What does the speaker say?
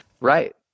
Right